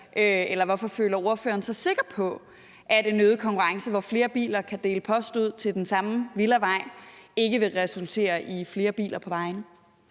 hvorfor føler ordføreren sig sikker på, at en øget konkurrence, hvor flere biler kan dele post ud til den samme villavej, ikke vil resultere i flere biler på vejene?